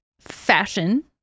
Fashion